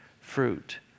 fruit